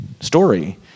story